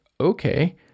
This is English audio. Okay